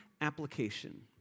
application